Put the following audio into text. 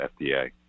FDA